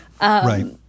Right